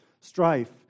strife